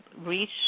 reach